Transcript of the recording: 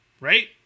right